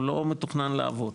הוא לא מתוכנן לעבוד.